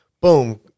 boom